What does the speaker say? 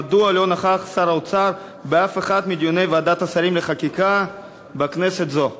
מדוע לא נכח שר האוצר באף אחד מדיוני ועדת השרים לחקיקה בכנסת זו?